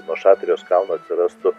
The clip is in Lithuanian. nuo šatrijos kalno atsirastų